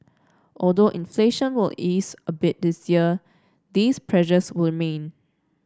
although inflation will ease a bit this year these pressures will remain